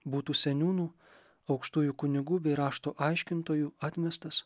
būtų seniūnų aukštųjų kunigų bei rašto aiškintojų atmestas